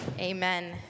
Amen